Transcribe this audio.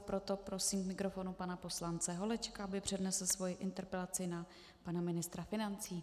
Proto prosím k mikrofonu pana poslance Holečka, aby přednesl svoji interpelaci na pana ministra financí.